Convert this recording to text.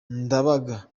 ndabaga